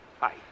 Hi